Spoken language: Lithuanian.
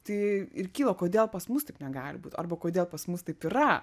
tai ir kilo kodėl pas mus taip negali būt arba kodėl pas mus taip yra